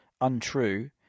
untrue